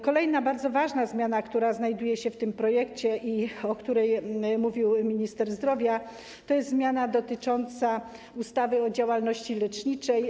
Kolejna bardzo ważna zmiana, która znajduje się w tym projekcie i o której mówił minister zdrowia, to zmiana dotycząca ustawy o działalności leczniczej.